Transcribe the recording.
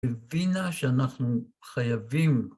הבינה שאנחנו חייבים